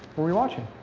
were were you watching?